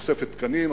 בתוספת תקנים,